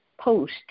post